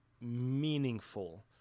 meaningful